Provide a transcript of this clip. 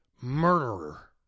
murderer